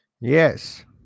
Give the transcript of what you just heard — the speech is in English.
Yes